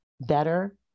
better